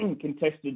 contested